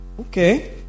okay